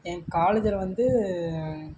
என் காலேஜில் வந்து